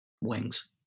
wings